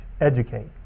educate